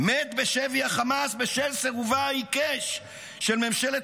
מת בשבי החמאס בשל סירובה העיקש של ממשלת